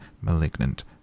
malignant